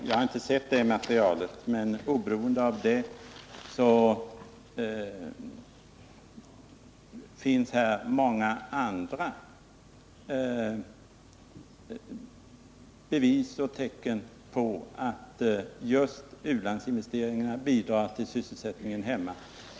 Jag har inte sett materialet, men oberoende av det finns det många bevis och tecken på att just u-landsinvesteringarna bidrar till sysselsättningen hemma.